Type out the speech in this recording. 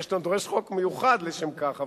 זה דורש חוק מיוחד לשם כך,